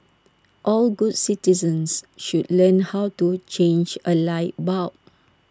all good citizens should learn how to change A light bulb